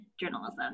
journalism